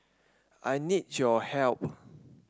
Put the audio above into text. I need your help